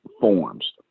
forms